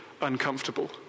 uncomfortable